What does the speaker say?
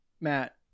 Matt